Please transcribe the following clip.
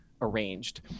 arranged